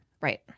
Right